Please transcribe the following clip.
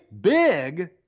big